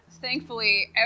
Thankfully